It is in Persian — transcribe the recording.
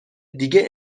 دیگه